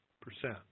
percent